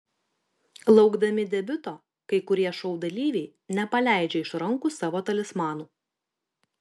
laukdami debiuto kai kurie šou dalyviai nepaleidžia iš rankų savo talismanų